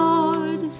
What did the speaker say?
Lord